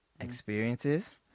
experiences